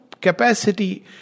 capacity